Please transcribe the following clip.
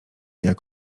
jak